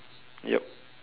yup